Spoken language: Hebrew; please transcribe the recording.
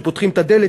כשפותחים את הדלת,